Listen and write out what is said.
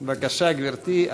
בבקשה, גברתי.